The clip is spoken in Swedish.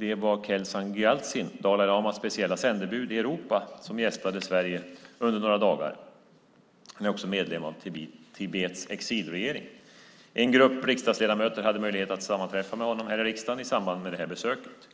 Det var Kelsang Gyaltsen, Dalai lamas speciella sändebud i Europa, som gästade Sverige under några dagar. Han är också medlem av Tibets exilregering. En grupp riksdagsledamöter hade möjlighet att sammanträffa med honom här i riksdagen i samband med besöket.